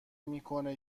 میکنه